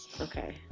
Okay